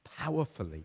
powerfully